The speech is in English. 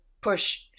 push